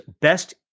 best